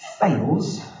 fails